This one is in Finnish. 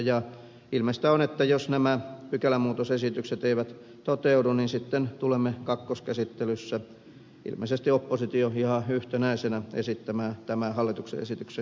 ilmeistä on että jos nämä pykälämuutosesitykset eivät toteudu sitten tulemme kakkoskäsittelyssä ilmeisesti oppositio ihan yhtenäisenä esittämään tämän hallituksen esityksen hylkäämistä